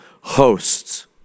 hosts